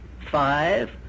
Five